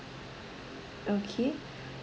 okay